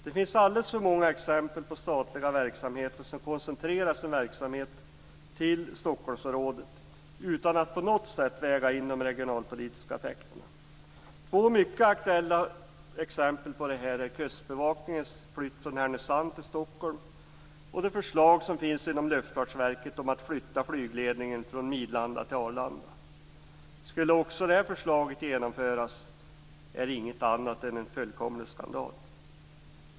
Det finns alltför många exempel på statliga verksamheter som koncentrerar sin verksamhet till Stockholmsområdet utan att på något sätt väga in de regionalpolitiska effekterna. Två mycket aktuella exempel på detta är kustbevakningens flytt från Härnösand till Stockholm och förslaget inom Luftfartsverket om att flytta flygledningen från Midlanda till Arlanda. Om också detta förslag skulle genomföras är det inget annat än en fullkomlig skandal.